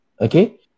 okay